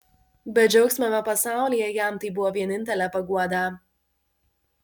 bedžiaugsmiame pasaulyje jam tai buvo vienintelė paguoda